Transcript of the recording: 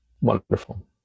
wonderful